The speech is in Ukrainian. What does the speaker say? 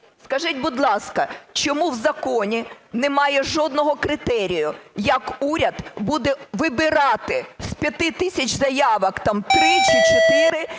Скажіть, будь ласка, чому в законі немає жодного критерію, як уряд буде вибирати з 5 тисяч заявок там 3 чи 4?